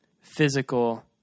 physical